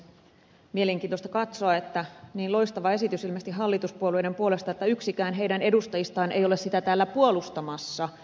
on mielenkiintoista katsoa että on niin loistava esitys ilmeisesti hallituspuolueiden mielestä että yksikään heidän edustajistaan ei ole sitä täällä puolustamassa